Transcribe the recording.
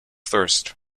thirst